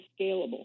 scalable